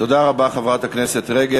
תודה רבה, חברת הכנסת רגב.